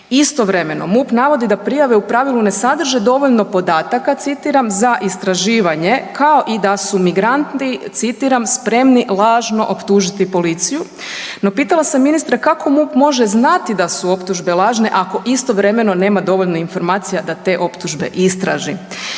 Istovremeno MUP navodi da prijave u pravilu ne sadrže dovoljno podataka, citiram „za istraživanje“ kao i da su migranti, citiram „spremni lažno optužiti policiju“. No pitala sam ministra kako MUP može znati da su optužbe lažne ako istovremeno nema dovoljno informacija da te optužbe istraži?